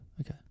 Okay